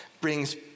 brings